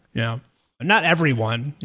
yeah not everyone,